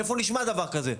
איפה נשמע דבר כזה?